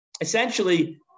Essentially